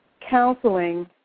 counseling